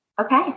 Okay